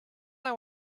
they